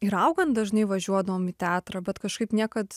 ir augant dažnai važiuodavom į teatrą bet kažkaip niekad